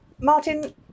Martin